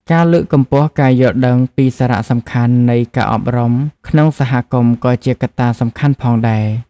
ការលើកកម្ពស់ការយល់ដឹងពីសារៈសំខាន់នៃការអប់រំក្នុងសហគមន៍ក៏ជាកត្តាសំខាន់ផងដែរ។